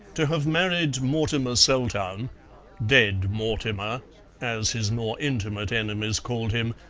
to have married mortimer seltoun, dead mortimer as his more intimate enemies called him,